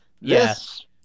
Yes